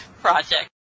project